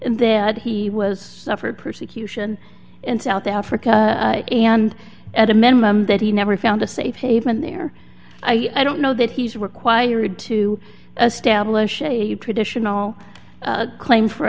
that he was suffered persecution in south africa and at a minimum that he never found a safe haven there i don't know that he's required to establish a traditional claim for